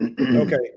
Okay